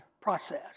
process